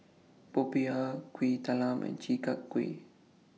Popiah Kuih Talam and Chi Kak Kuih